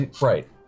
Right